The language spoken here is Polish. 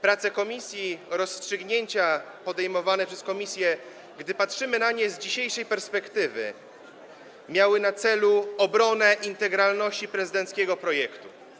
Prace komisji, rozstrzygnięcia podejmowane przez komisję, gdy patrzymy na nie z dzisiejszej perspektywy, miały na celu obronę integralności prezydenckiego projektu.